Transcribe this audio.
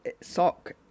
sock